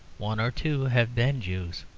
one or two have been jews.